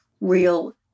real